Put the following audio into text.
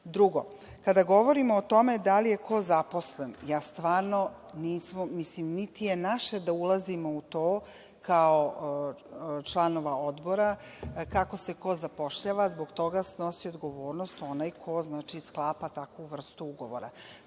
jedno. Drugo, kada govorimo o tome da li je ko zaposlen, niti je naše da ulazimo u to kao članovi odbora, kako se ko zapošljava, zbog toga snosi odgovornost onaj ko sklapa takvu vrstu ugovora.